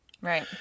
Right